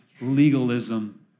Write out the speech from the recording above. legalism